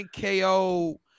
KO